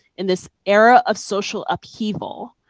in this era of social upheaval,